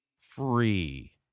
free